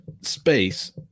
space